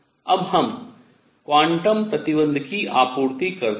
अब हम क्वांटम प्रतिबन्ध की आपूर्ति करते हैं